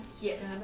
Yes